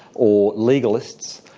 or legalists,